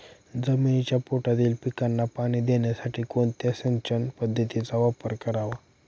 जमिनीच्या पोटातील पिकांना पाणी देण्यासाठी कोणत्या सिंचन पद्धतीचा वापर करावा?